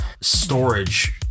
storage